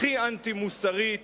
הכי אנטי-מוסרית,